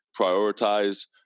prioritize